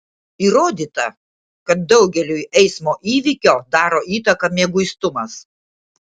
įrodyta kad daugeliui eismo įvykio daro įtaką mieguistumas